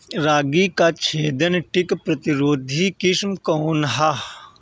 रागी क छेदक किट प्रतिरोधी किस्म कौन ह?